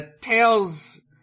Tails